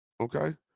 Okay